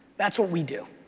that's what we do.